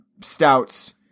stouts